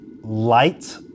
light